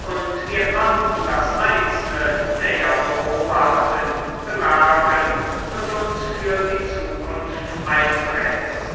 und wir konnten das einzelne näher beobachten bemerken und uns für die zukunft einprägen